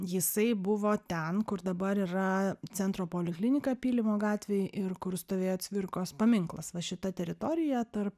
jisai buvo ten kur dabar yra centro poliklinika pylimo gatvėj ir kur stovėjo cvirkos paminklas va šita teritorija tarp